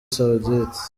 saoudite